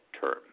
term